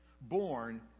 born